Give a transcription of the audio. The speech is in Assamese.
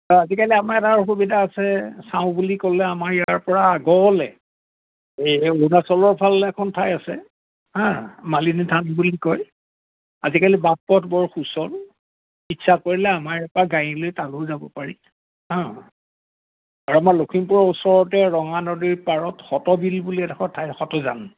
আজিকালি আমাৰ এটা সুবিধা আছে চাওঁ বুলি ক'লে আমাৰ ইয়াৰ পৰা আগলে এই অৰুণাচলৰ ফালে এখন ঠাই আছে হা মালিনী থান বুলি কয় আজিকালি বাট পথ বৰ সুচল ইচ্ছা কৰিলে আমাৰ ইয়াপা গাড়ী লৈ তালৈও যাব পাৰি হা আৰু আমাৰ লখিমপুৰৰ ওচৰতে ৰঙা নদীৰ পাৰত সতবিল বুলি এডখৰ ঠাই সতযান